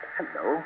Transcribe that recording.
Hello